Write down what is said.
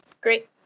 great